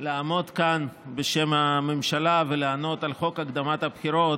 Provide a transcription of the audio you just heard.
לעמוד כאן בשם הממשלה ולענות על חוק הקדמת הבחירות,